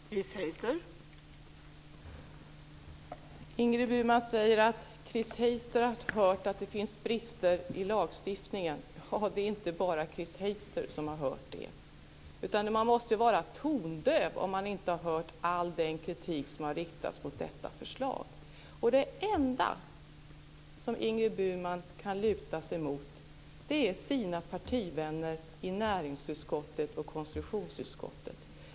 Fru talman! Ingrid Burman säger att Chris Heister har hört att det finns brister i lagstiftningen. Det är inte bara Chris Heister som har hört det. Man måste vara tondöv om man inte har hört all den kritik som har riktats mot detta förslag. Det enda som Ingrid Burman kan luta sig mot är hennes partivänner i näringsutskottet och konstitutionsutskottet.